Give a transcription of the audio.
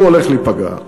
הוא הולך להיפגע.